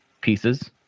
pieces